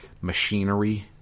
machinery